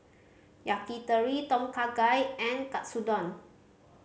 Yakitori Tom Kha Gai and Katsudon